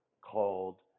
called